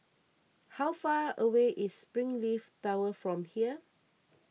how far away is Springleaf Tower from here